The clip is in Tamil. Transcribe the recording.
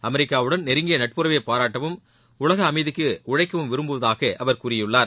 அமெரிக்காவுடன் நெருங்கிய நட்புறவை பாராட்டவும் உலக அளமதிக்கு உளழக்கவும் விரும்புவதாக அவர் கூறியுள்ளார்